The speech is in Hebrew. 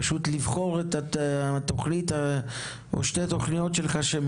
פשוט לבחור את התוכנית או שתי התוכניות שלך שהן